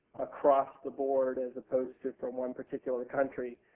across-the-board as opposed to from one particular country.